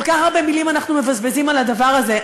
כל כך הרבה מילים אנחנו מבזבזים על הדבר הזה,